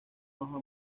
hoja